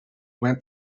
went